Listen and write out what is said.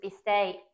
State